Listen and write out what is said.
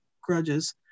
grudges